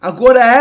Agora